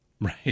Right